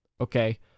okay